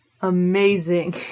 Amazing